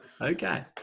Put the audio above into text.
Okay